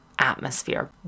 atmosphere